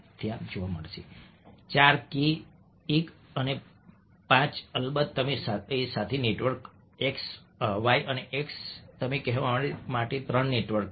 ચાર k l 5 અને અલબત્ત તમે સાથે નેટવર્ક છે y x અને તમે કહેવા માટે ત્રણ એ નેટવર્ક છે